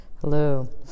Hello